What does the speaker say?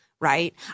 Right